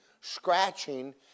scratching